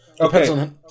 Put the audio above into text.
Okay